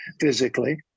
physically